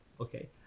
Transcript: Okay